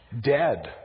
Dead